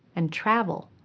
and travel.